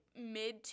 mid